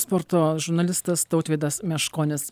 sporto žurnalistas tautvydas meškonis